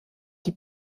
die